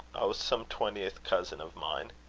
oh! some twentieth cousin of mine.